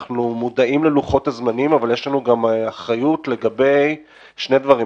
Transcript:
מודעים ללוחות הזמנים אבל יש לנו אחריות לגבי שני דברים.